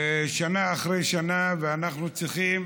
שנה אחרי שנה, ואנחנו צריכים